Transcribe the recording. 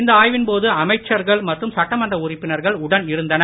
இந்த ஆய்வின் போது அமைச்சர்கள் மற்றும் சட்டமன்ற உறுப்பினர்கள் உடன் இருந்தனர்